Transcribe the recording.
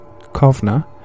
Kovna